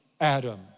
Adam